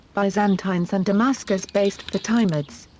byzantines and damascus-based fatimids.